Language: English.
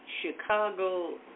Chicago